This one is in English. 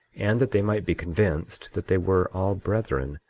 and that they might be convinced that they were all brethren,